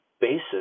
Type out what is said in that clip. basis